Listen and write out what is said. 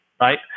right